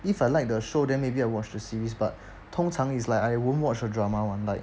if I like the show then maybe I watch the series but 通常 is like I won't watch a drama [one] like